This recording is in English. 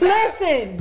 Listen